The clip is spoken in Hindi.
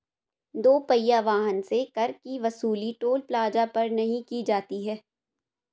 दो पहिया वाहन से कर की वसूली टोल प्लाजा पर नही की जाती है